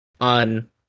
on